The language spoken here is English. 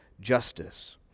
justice